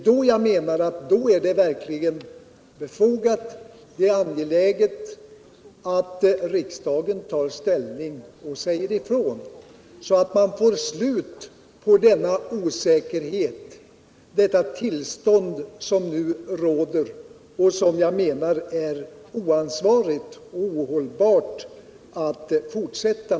Då är det verkligen befogat och angeläget att riksdagen tar ställning och säger ifrån, så att man får slut på denna osäkerhet som nu råder och som jag menar att det är oansvarigt och ohållbart att låta fortsätta.